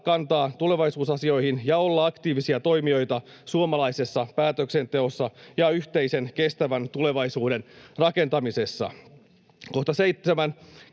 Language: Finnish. kantaa tulevaisuusasioihin ja olla aktiivisia toimijoita suomalaisessa päätöksenteossa ja yhteisen kestävän tulevaisuuden rakentamisessa. 7)